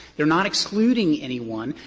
they're not excluding anyone.